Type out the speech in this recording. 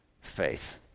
faith